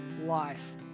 life